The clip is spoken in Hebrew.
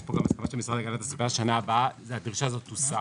יש פה גם משרד הגנת הסביבה לשנה הבאה הדרישה הזאת תוסר.